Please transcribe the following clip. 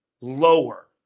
lower